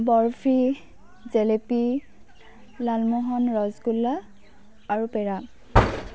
বৰফি জেলেপি লালমোহন ৰসগোল্লা আৰু পেৰা